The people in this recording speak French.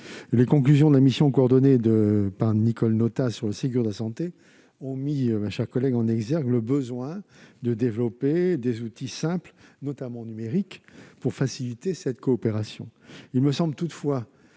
les conclusions de la mission pilotée par Nicole Notat sur le Ségur de la santé ont mis en exergue le besoin de développer des outils simples, notamment numériques, pour faciliter cette coopération. Il me semble toutefois